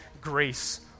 grace